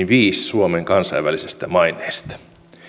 viis suomen kansainvälisestä maineesta